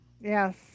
Yes